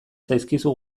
zaizkizu